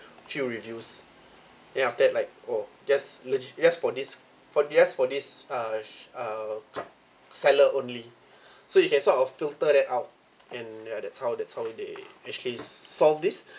few reviews and then after that like oh just legi~ just for this for just for this uh sh~ uh seller only so you can sort of filter that out and ya that's how that's how they actually solve this